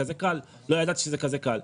לא ידעתי שזה כל כך קל.